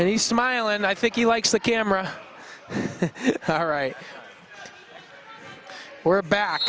he smile and i think he likes the camera all right we're back